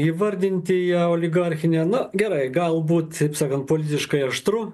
įvardinti ją oligarchine na gerai galbūt taip sakant politiškai aštru